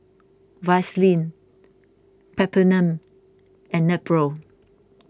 Vaselin Peptamen and Nepro